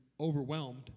overwhelmed